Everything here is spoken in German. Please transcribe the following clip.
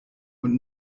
und